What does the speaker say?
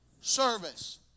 service